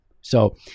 So-